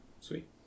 Sweet